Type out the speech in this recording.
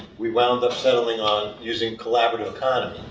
we wound up settling on using collaborative economy,